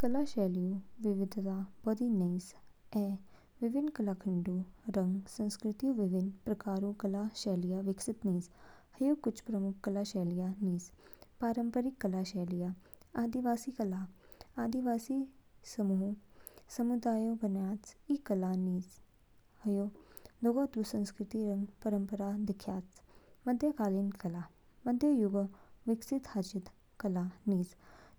कला शैलियऊ विविधता बोदी निज ऐ विभिन्न कालखंडों रंग संस्कृतियों विभिन्न प्रकारऊ कला शैलियाँ विकसित निज। ह्यू कुछ प्रमुख कला शैलियाँ निज। पारंपरिक कला शैलियाँ। आदिवासी कला। आदिवासी समुदायों बनयाज ई कला निज, ह्यू दोगेतू संस्कृति रंग परंपराओं दिख्याच। मध्यकालीन कला। मध्य युगो विकसित हाचिद कला निज